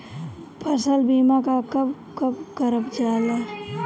फसल बीमा का कब कब करव जाला?